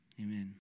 amen